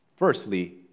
Firstly